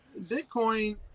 Bitcoin